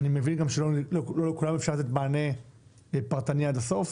אני מבין שלא לכולם אפשר לתת מענה פרטני עד הסוף.